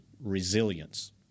resilience